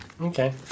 Okay